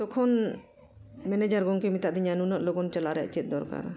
ᱛᱚᱠᱷᱚᱱ ᱢᱮᱱᱮᱡᱟᱨ ᱜᱚᱝᱠᱮ ᱢᱮᱛᱟ ᱫᱤᱧᱟᱹᱭ ᱱᱩᱱᱟᱹᱜ ᱞᱚᱜᱚᱱ ᱪᱟᱞᱟᱜ ᱨᱮᱱᱟᱜ ᱪᱮᱫ ᱫᱚᱨᱠᱟᱨ